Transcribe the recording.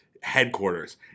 headquarters